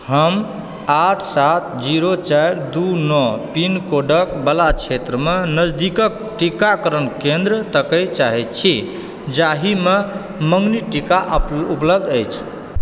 हम आठ सात जीरो चारि दू नओ पिनकोडक बला क्षेत्रमे नजदीकक टीकाकरण केंद्र तकय चाहै छी जाहि मे मँगनी टीका उपलब्ध अछि